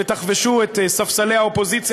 ותחבשו את ספסלי האופוזיציה,